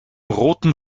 roten